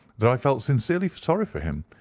that i felt sincerely sorry for him,